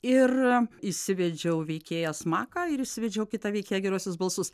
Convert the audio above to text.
ir įsivedžiau veikėją smaką ir įsivedžiau kitą veikėją geruosius balsus